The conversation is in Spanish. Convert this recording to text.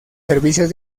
servicios